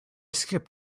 skip